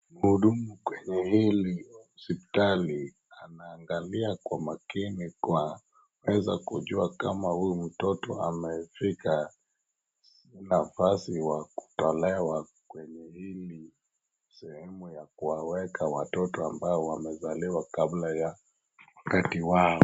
Mhudumu kwenye hili hospitali anaangalia kwa makini kwa kuweza kujua kama huyu mtoto amefika nafasi ya kutolewa kwenye hili sehemu ya kuwaweka watoto ambao wamezaliwa kabla ya wakati wao.